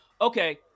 okay